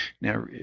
now